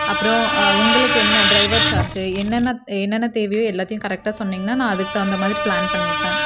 அப்புறம் உங்களுக்கு என்ன ட்ரைவர் சார்ஜு என்னென்ன என்னென்ன தேவையோ எல்லாத்தையும் கரெக்டாக சொன்னீங்கனால் நான் அதுக்குத் தகுந்த மாதிரி ப்ளான் பண்ணிப்பேன்